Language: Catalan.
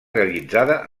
realitzada